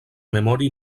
memori